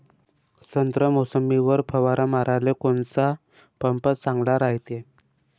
संत्रा, मोसंबीवर फवारा माराले कोनचा पंप चांगला रायते?